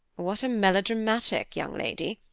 what a melodramatic young lady!